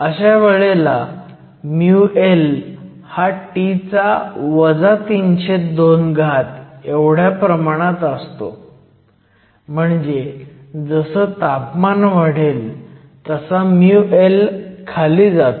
अशा वेळेला μL हा T 32 च्या प्रमाणात असतो म्हणजे जसं तापमान वाढेल तसा μL खाली जातो